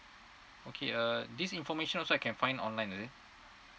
okay uh this information also I can find online is it